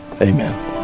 amen